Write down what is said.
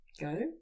go